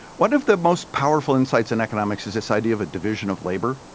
one of the most powerful insights in economics is this idea of a division of labor.